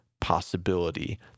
possibility